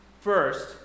First